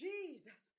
Jesus